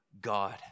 God